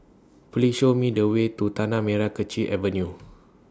Please Show Me The Way to Tanah Merah Kechil Avenue